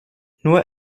nur